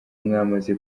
mwamaze